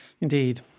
Indeed